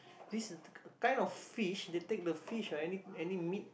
this kind of fish they take the fish or any any meat